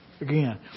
again